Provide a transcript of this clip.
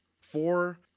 four